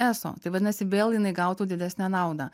eso tai vadinasi vėl jinai gautų didesnę naudą